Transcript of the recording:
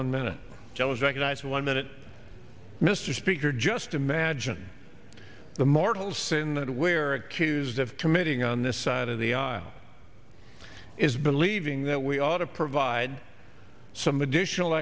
one minute joe is recognized one minute mr speaker just imagine the mortal sin that we're accused of committing on this side of the aisle is believing that we ought to provide some additional